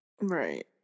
Right